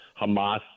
Hamas